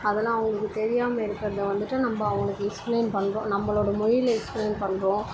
அதெல்லாம் அவங்களுக்கு தெரியாமல் இருக்கிறத வந்துட்டு நம்ம அவங்களுக்கு எக்ஸ்ப்ளைன் பண்ணுறோம் நம்மளோட மொழியில எக்ஸ்ப்ளைன் பண்ணுறோம்